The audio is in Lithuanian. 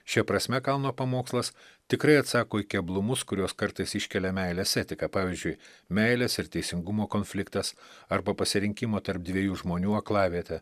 šia prasme kalno pamokslas tikrai atsako į keblumus kuriuos kartais iškelia meilės etika pavyzdžiui meilės ir teisingumo konfliktas arba pasirinkimo tarp dviejų žmonių aklavietę